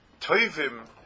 Toivim